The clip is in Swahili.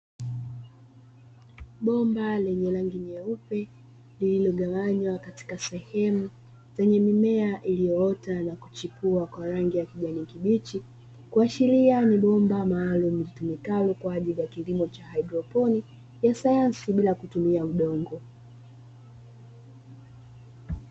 Bomba lenye rangi nyeupe lililogawanywa katika sehemu zenye mimea iliyo ota na kuchipua kwa rangi ya kijani kibichi. kuasharia ni bomba maalumu litumikalo kwa ajili ya kilimo cha haidroponi sayansi bila kutumia udongo.